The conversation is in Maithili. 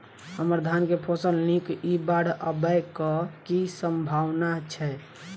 हम्मर धान केँ फसल नीक इ बाढ़ आबै कऽ की सम्भावना छै?